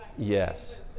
yes